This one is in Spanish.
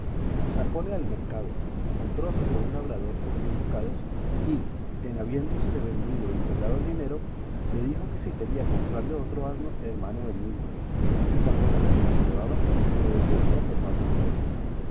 sacóle al mercado comprósele un labrador por diez ducados y en habiéndosele vendido y cobrado el dinero le dijo que si quería comprarle otro asno hermano del mismo y tan bueno como el que llevaba que se le vendería por más buen precio